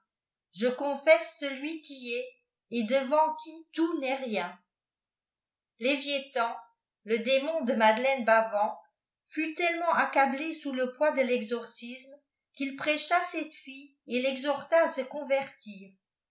je confesse celui qui est et devant qui tout n'est rien leviéthan le démon de madeleine bavan fuf tellement accablé sous le poids de l'eiorcisme qu'il prêcha cette fille et l'exhorta a se convertir